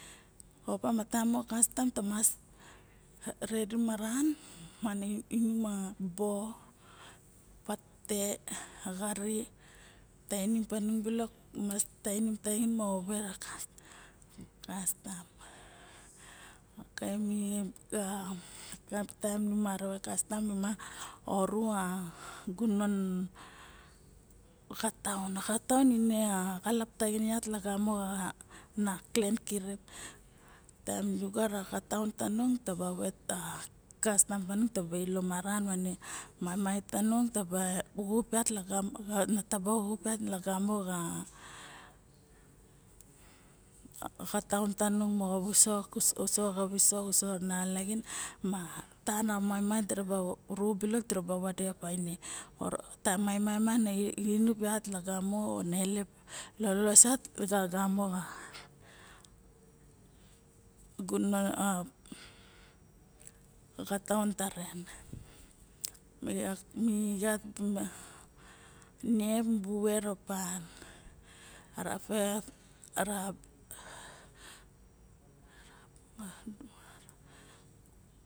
Opa ma taem moxa kastam ta mas redy maran maning a bo patete axari ma tainim balok na mas a tainim taxin vera kastam kaim e a taem nu mara vet kastam ma oru a gunon a xataun ine a xalap lok taxin yat lagamo xa na klen kirip taem nu gara xataun tanung a kastam tamung taba ilo maran ma ne maimai taba xup lagamo xa xataun tanung moxo visok uso xa nalaxin ma taem ana maimai diraba ribe ba ine taem maimai na xa xataun taren mi gat niep mibu ver opa ara